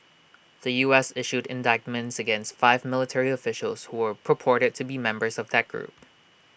the U S issued indictments against five military officials who were purported to be members of that group